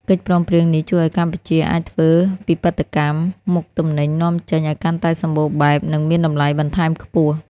កិច្ចព្រមព្រៀងនេះជួយឱ្យកម្ពុជាអាចធ្វើពិពិធកម្មមុខទំនិញនាំចេញឱ្យកាន់តែសម្បូរបែប និងមានតម្លៃបន្ថែមខ្ពស់។